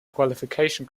qualification